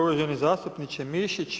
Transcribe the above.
Uvaženi zastupniče Mišić.